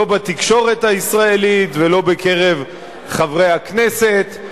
לא בתקשורת הישראלית ולא בקרב חברי הכנסת.